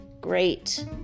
Great